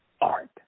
art